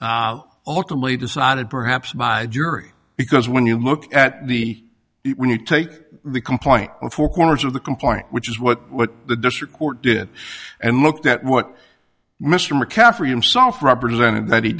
fact ultimately decided perhaps by jury because when you look at the when you take the complaint of four corners of the complaint which is what the district court did and looked at what mr mccaffrey and soft represented that he